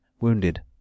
wounded